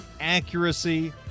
accuracy